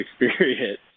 experience